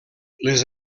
les